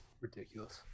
Ridiculous